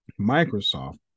Microsoft